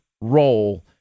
role